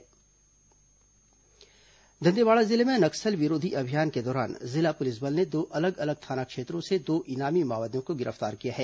माओवादी गिरफ्तार आईईडी दंतेवाड़ा जिले में नक्सल विरोधी अभियान के दौरान जिला पुलिस बल ने दो अलग अलग थाना क्षेत्रों से दो इनामी माओवादियों को गिरफ्तार किया है